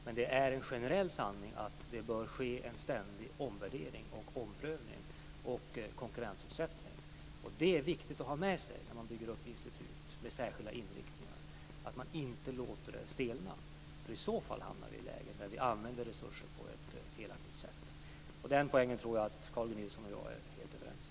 Men det är en generell sanning att det bör ske en ständig omvärdering, omprövning och konkurrensutsättning. Det är viktigt att ha med sig när man bygger upp institut med särskilda inriktningar, att man inte låter det stelna. I så fall hamnar man i det läget att man använder resurser på ett felaktigt sätt. Det tror jag att Carl G Nilson och jag är helt överens om.